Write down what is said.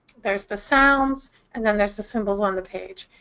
there's the sounds, and then there's the symbols on the page.